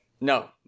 No